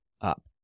up